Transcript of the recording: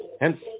hence